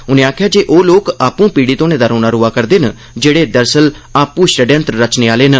उनें आखेआ जे ओह् लोक आपू पीड़ित होने दा रोना रोआ करदे न जेहड़े असल च आपू षड्यंत्र रचने आह्ले न